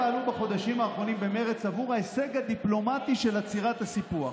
שהם פעלו בחודשים האחרונים במרץ עבור ההישג הדיפלומטי של עצירת הסיפוח.